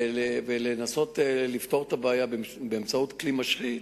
לנסות לפתור את הבעיה באמצעות כלי משחית,